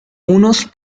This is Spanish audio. unos